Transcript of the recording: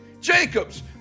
Jacobs